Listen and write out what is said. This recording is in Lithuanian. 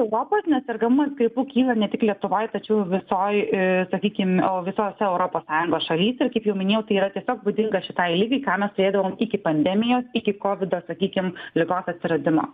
europos nes sergamas gripu kyla ne tik lietuvoj tačiau visoj sakykim visose europos sąjungos šalyse ir kaip jau minėta tai yra tiesiog būdinga šitai ligai ką mes turėdavom iki pandemijos iki kovido sakykim ligos atsiradimo